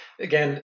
again